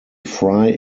fry